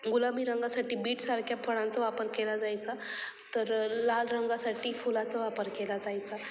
गुलाबी रंगासाठी बीटसारख्या फळांचा वापर केला जायचा तर लाल रंगासाठी फुलाचा वापर केला जायचा